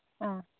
ꯑꯥ